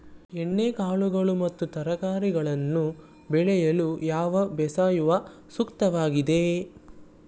ಎಣ್ಣೆಕಾಳುಗಳು ಮತ್ತು ತರಕಾರಿಗಳನ್ನು ಬೆಳೆಯಲು ಯಾವ ಬೇಸಾಯವು ಸೂಕ್ತವಾಗಿದೆ?